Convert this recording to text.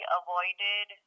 avoided